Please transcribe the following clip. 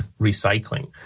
recycling